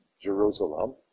Jerusalem